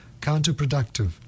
counterproductive